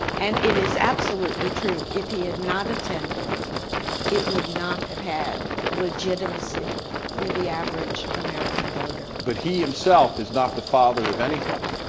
and it is absolutely true. if he had not attended it would not have had legitimacy with the average american voter. but he himself is not the father of anybody.